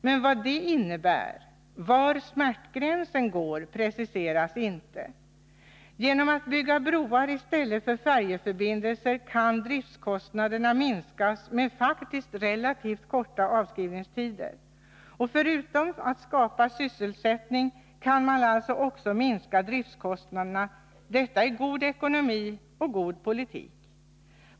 Men vad det innebär, var smärtgränsen går, preciseras inte. Genom att bygga broar i stället för färjeförbindelser kan man minska driftkostnaderna med faktiskt relativt korta avskrivningstider. Förutom att skapa sysselsättning kan man alltså också minska driftkostnaderna. Detta är god ekonomi och god politik.